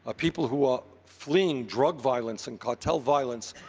ah people who are fleeing drug violence and cartel violence,